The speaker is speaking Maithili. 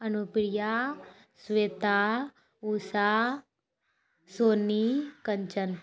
अनुप्रिया श्वेता उषा सोनी कञ्चन